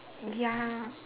ya